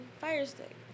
Firestick